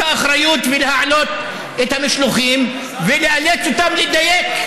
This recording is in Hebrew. האחריות ולהעלות את המשלוחים ונאלץ אותן לדייק.